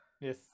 Yes